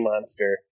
Monster